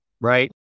right